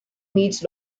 meets